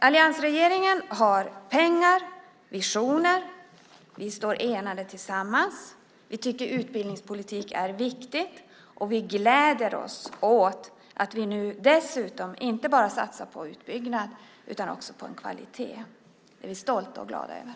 Alliansregeringen har pengar och visioner, vi står enade tillsammans, vi tycker att utbildningspolitik är viktigt, och vi gläder oss åt att vi nu dessutom inte bara satsar på utbyggnad utan också på kvalitet. Det är vi stolta och glada över.